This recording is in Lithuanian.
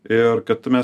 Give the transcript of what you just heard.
ir kad mes